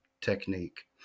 technique